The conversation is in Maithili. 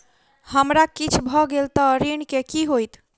हमरा किछ भऽ गेल तऽ ऋण केँ की होइत?